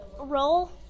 roll